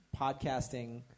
podcasting